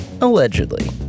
Allegedly